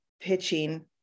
pitching